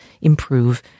improve